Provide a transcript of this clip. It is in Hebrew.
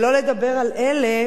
שלא לדבר על אלה